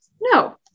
no